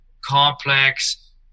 complex